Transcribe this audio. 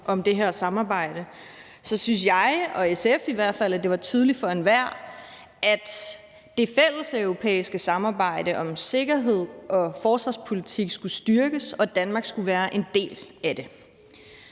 om det her samarbejde, syntes jeg og SF i hvert fald, at det var tydeligt for enhver, at det fælleseuropæiske samarbejde om sikkerhed og forsvarspolitik skulle styrkes, og at Danmark skulle være en del af det.